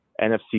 NFC